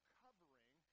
covering